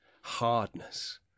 hardness